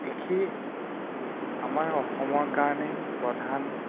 কৃষি আমাৰ অসমৰ কাৰণে প্ৰধান